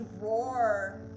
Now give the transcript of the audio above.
roar